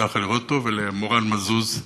יצא לך לראות אותו, ולמורן מזוז,